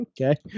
okay